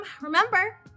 Remember